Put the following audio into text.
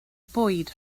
bwyd